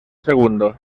segundo